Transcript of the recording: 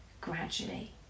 gradually